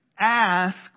ask